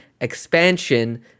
expansion